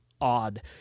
odd